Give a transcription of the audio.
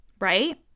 Right